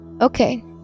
okay